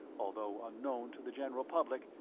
although unknown to the general public,